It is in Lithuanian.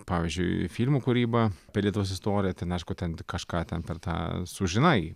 pavyzdžiui filmų kūryba apie lietuvos istorją ten aišku kažką ten per tą sužinai